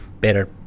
better